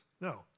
No